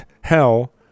hell